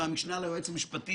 למה שהחוסכים יסמכו"?